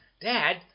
dad